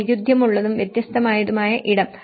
വൈരുദ്ധ്യമുള്ളതും വ്യത്യസ്തമായതുമായ ഇടം